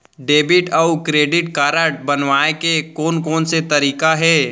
Debit अऊ credit card बनवाए के कोन कोन से तरीका हे?